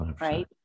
right